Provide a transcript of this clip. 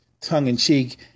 tongue-in-cheek